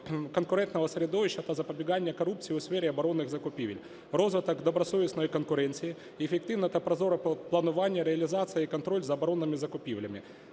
конкурентного середовища та запобігання корупції у сфері оборонних закупівель, розвиток добросовісної конкуренції, ефективне та прозоре планування, реалізація і контроль за оборонними закупівлями.